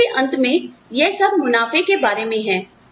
एक दिन के अंत में यह सब मुनाफे के बारे में हैं